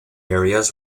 areas